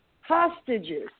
hostages